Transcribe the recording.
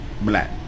black